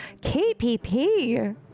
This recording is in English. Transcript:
KPP